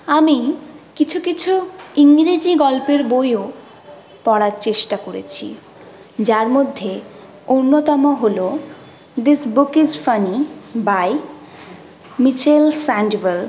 আমি কিছু কিছু ইংরেজি গল্পের বইও পড়ার চেষ্টা করেছি যার মধ্যে অন্যতম হল this book is funny by Mitchell Sandwell